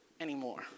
anymore